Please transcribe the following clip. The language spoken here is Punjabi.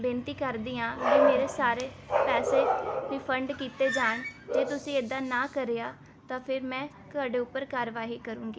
ਬੇਨਤੀ ਕਰਦੀ ਹਾਂ ਕਿ ਮੇਰੇ ਸਾਰੇ ਪੈਸੇ ਰਿਫੰਡ ਕੀਤੇ ਜਾਣ ਜੇ ਤੁਸੀਂ ਇਦਾਂ ਨਾ ਕਰਿਆ ਤਾਂ ਫਿਰ ਮੈਂ ਤੁਹਾਡੇ ਉੱਪਰ ਕਾਰਵਾਈ ਕਰੂੰਗੀ